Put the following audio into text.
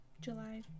july